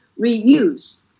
reuse